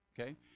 okay